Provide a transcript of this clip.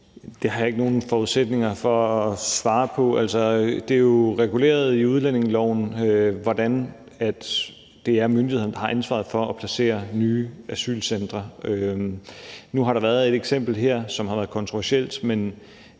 Det har jeg ikke nogen forudsætninger for at svare på. Det er jo reguleret i udlændingeloven, hvordan det er myndighederne, der har ansvaret for at placere nye asylcentre. Nu har der været et eksempel her, som har været kontroversielt, men